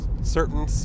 Certain